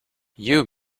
you